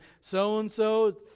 so-and-so